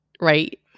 right